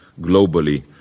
globally